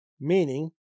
meaning